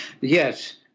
Yes